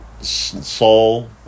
soul